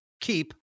Keep